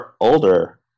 older